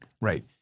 Right